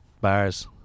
bars